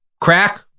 crack